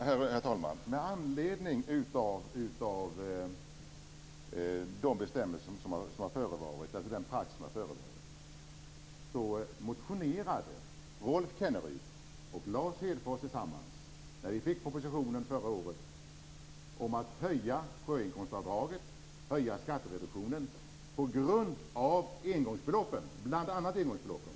Herr talman! Med anledning av den praxis som har förevarit motionerade Rolf Kenneryd och Lars Hedfors tillsammans, när vi fick propositionen förra året, om att höja sjöinkomstavdraget och skattereduktionen på grund av bl.a. engångsbeloppen.